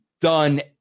done